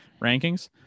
rankings